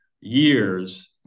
years